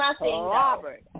Robert